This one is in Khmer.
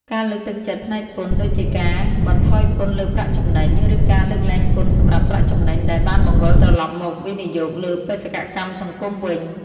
ការលើកទឹកចិត្តផ្នែកពន្ធដូចជាការបន្ថយពន្ធលើប្រាក់ចំណេញ ឬការលើកលែងពន្ធសម្រាប់ប្រាក់ចំណេញដែលបានបង្វិលត្រឡប់មកវិនិយោគលើបេសកកម្មសង្គមវិញ។